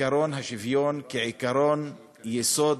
בעקרון השוויון כעקרון יסוד